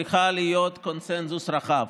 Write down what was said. צריכה להיות בקונסנזוס רחב.